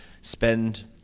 spend